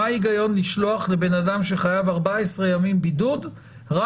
מה ההיגיון לשלוח לבן אדם שחייב 14 ימים בידוד רק